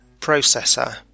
processor